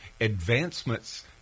advancements